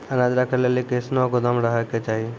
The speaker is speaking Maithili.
अनाज राखै लेली कैसनौ गोदाम रहै के चाही?